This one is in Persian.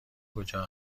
کجا